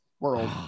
world